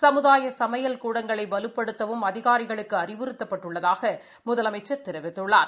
சமுதாய சமையல் கூடங்களை வலுப்படுத்தவும் அதிகாரிகளுக்கு அறிவுறுத்தப்பட்டுள்ளதாக முதலமைச்சர் தெரிவித்துள்ளார்